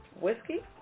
whiskey